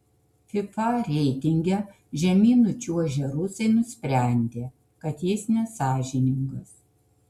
fifa reitinge žemyn nučiuožę rusai nusprendė kad jis nesąžiningas